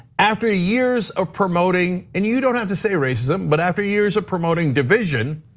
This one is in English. after years of promoting, and you don't have to say racism, but after years of promoting division,